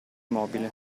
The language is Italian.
mobile